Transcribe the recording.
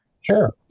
Sure